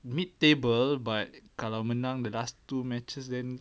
mid table but kalau menang the last two matches then